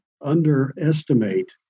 underestimate